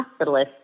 hospitalist